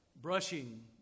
brushing